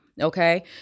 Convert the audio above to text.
okay